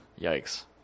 Yikes